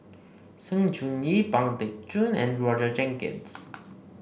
Sng Choon Yee Pang Teck Joon and Roger Jenkins